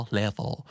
level